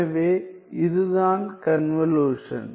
எனவே இதுதான் கன்வலுஷன்